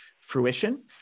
fruition